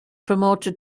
promoted